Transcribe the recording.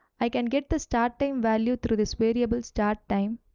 i can get the starting value through this variable start time,